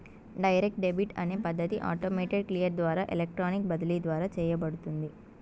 direct debit అనే పద్ధతి automated clear ద్వారా ఎలక్ట్రానిక్ బదిలీ ద్వారా చేయబడుతుంది